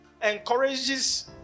Encourages